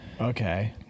Okay